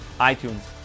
iTunes